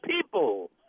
people